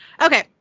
Okay